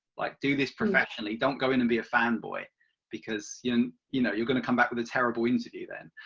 like do this professionally, don't go in and be a fan boy because you you know are going to come back with a terrible interview then.